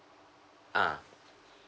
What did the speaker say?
ah